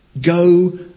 Go